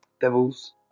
devil's